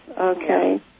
Okay